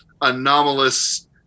anomalous